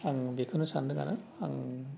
आं बेखौनो सानदों आरो आं